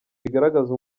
bigaragaza